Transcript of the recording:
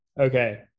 Okay